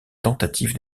tentative